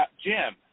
Jim